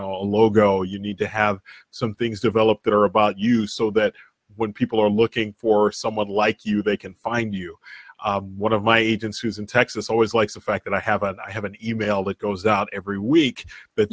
know a logo you need to have some things developed that are about you so that when people are looking for someone like you they can find you one of my agents who's in texas always likes the fact that i have and i have an e mail that goes out every week but